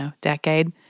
decade